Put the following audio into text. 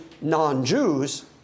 non-Jews